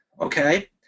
okay